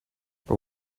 but